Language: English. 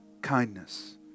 Kindness